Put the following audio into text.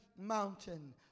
mountain